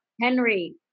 Henry